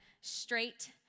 straight